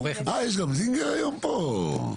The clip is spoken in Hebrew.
יש גם זינגר היום פה?